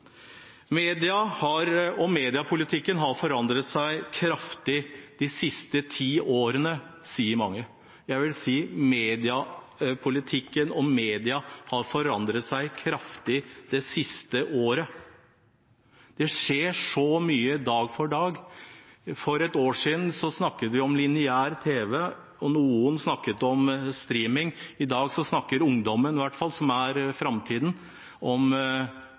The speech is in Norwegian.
Media og mediepolitikken har forandret seg kraftig de siste ti årene, sier mange. Jeg vil si mediepolitikken og media har forandret seg kraftig det siste året. Det skjer så mye fra dag til dag. For et år siden snakket vi om lineær tv, og noen snakket om strømming. I dag snakker ungdommen i hvert fall, som er framtiden, om